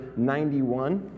91